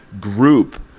group